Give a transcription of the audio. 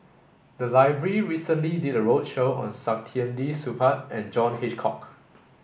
the library recently did a roadshow on Saktiandi Supaat and John Hitchcock